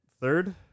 Third